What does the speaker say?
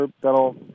that'll